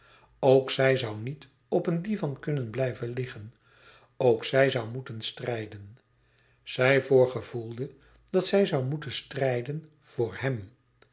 ook zij zoû niet op een divan kunnen blijven liggen ook zij zoû moeten strijden zij voorgevoelde dat zij zoû moeten strijden voor hèm